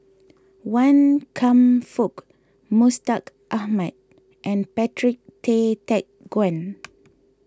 Wan Kam Fook Mustaq Ahmad and Patrick Tay Teck Guan